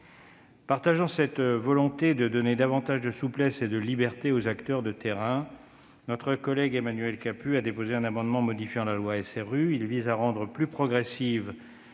Partageant cette volonté de donner plus de souplesse et de liberté aux acteurs du terrain, notre collègue Emmanuel Capus a déposé un amendement tendant à modifier la loi SRU en rendant plus progressive